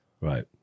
right